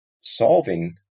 solving